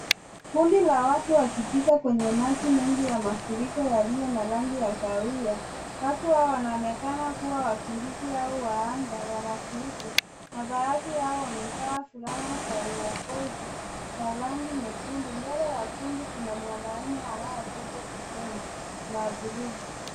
Kundi la watu wakipita kwenye maji mengi ya mafuriko yaliyo na rangi ya kahawia. Watu hao wanaonekana kuwa wakimbizi au waanga wa mafuriko na baadhi yao wamevaa fulana za uokozi za rangi nyekundu. Mbele ya kundi kuna mwanaume anayebeba beseni la bluu.